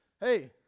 hey